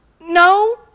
no